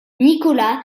nicola